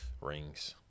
rings